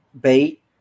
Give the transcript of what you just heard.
bait